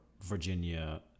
Virginia